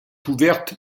ouverte